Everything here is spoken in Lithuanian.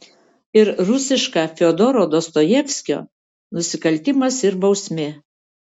ir rusiška fiodoro dostojevskio nusikaltimas ir bausmė